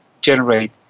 generate